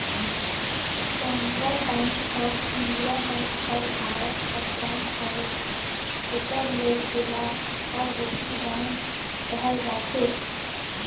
central bank of India bank हर भारत कर bank हवे तेकर ले एला स्वदेसी बेंक कहल जाथे